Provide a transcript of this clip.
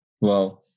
Wow